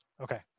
Okay